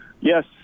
Yes